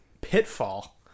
Pitfall